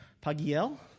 Pagiel